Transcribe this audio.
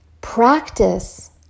Practice